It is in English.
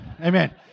Amen